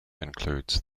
includes